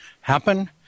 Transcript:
happen